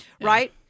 right